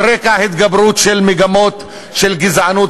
על רקע התגברות של מגמות של גזענות